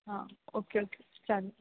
हां okay okay चालेल